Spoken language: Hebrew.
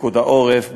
פיקוד העורף,